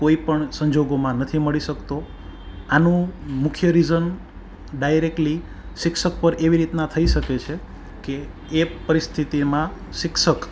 કોઈપણ સંજોગોમાં નથી મળી શકતો આનું મુખ્ય રિઝન ડાયરેકલી શિક્ષક પર એવી રીતના થઈ શકે છે કે એ પરિસ્થિતિમાં શિક્ષક